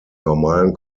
normalen